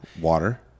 Water